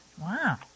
Wow